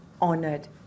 honored